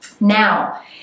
Now